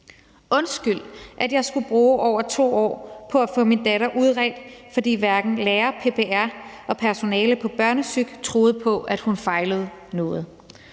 undskyld, at jeg skulle bruge over 2 år på at få min datter udredt, fordi hverken lærere, PPR eller personale på børnepsyk. troede på, at hun fejlede noget.